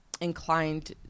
inclined